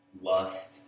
lust